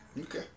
Okay